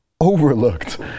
overlooked